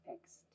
fixed